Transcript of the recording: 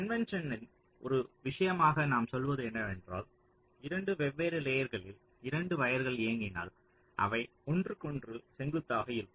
கன்வென்ஸனின் ஒரு விஷயமாக நாம் சொல்வது என்னவென்றால் 2 வெவ்வேறு லேயர்களில் 2 வயர்கள் இயங்கினால் அவை ஒன்றுக்கொன்று செங்குத்தாக இருக்கும்